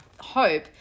hope